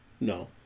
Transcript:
No